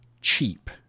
cheap